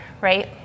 right